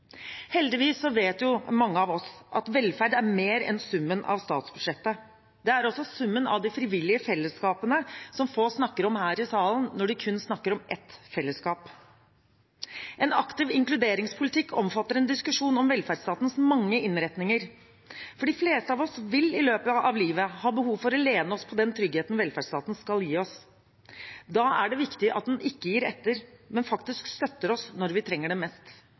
Heldigvis vet mange av oss at velferd er mer enn summen av statsbudsjettet. Det er også summen av de frivillige fellesskapene, som få snakker om her i salen når de kun snakker om ett fellesskap. En aktiv inkluderingspolitikk omfatter en diskusjon om velferdsstatens mange innretninger, for de fleste av oss vil i løpet av livet ha behov for å lene oss på den tryggheten velferdsstaten skal gi oss. Da er det viktig at den ikke gir etter, men faktisk støtter oss når vi trenger det mest.